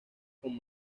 con